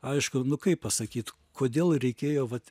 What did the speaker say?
aišku nu kaip pasakyt kodėl reikėjo vat